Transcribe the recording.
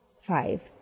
Five